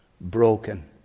broken